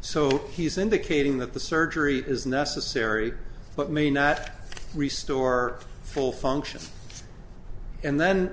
so he's indicating that the surgery is necessary but may not reste or full function and then